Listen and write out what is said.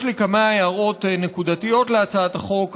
יש לי כמה הערות נקודתיות להצעת החוק,